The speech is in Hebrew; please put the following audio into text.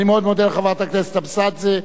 אני מאוד מודה לחברת הכנסת אבסדזה.